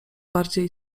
bardziej